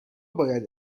باید